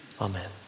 Amen